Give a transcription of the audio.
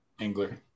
angler